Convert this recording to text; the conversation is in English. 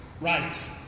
right